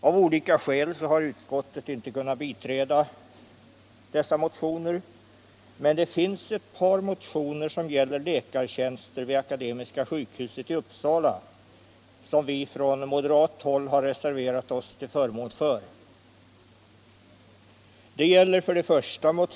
Av olika skäl har utskottet inte kunnat biträda dessa motioner. Men det finns ett par motioner som gäller läkartjänster vid Akademiska sjukhuset i Uppsala som vi från moderat håll har reserverat oss till förmån för.